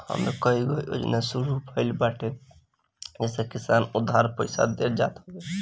इमे कईगो योजना शुरू भइल बाटे जेसे किसान के उधार पईसा देहल जात हवे